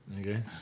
Okay